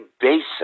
basic